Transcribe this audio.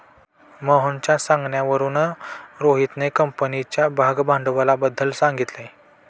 मोहनच्या सांगण्यावरून रोहितने कंपनीच्या भागभांडवलाबद्दल सांगितले